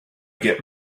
get